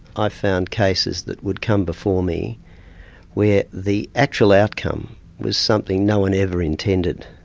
i found cases that would come before me where the actual outcome was something no-one ever intended.